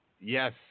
Yes